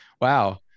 Wow